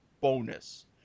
bonus